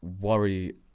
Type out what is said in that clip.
worry